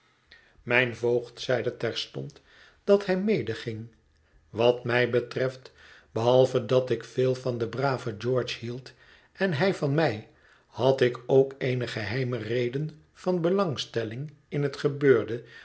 mijn voogd zeide terstond dat hij medeging wat mij betreft behalve dat ik veel van den braven george hield en hij van mij had ik ook eene geheime reden van belangstelling in het gebeurde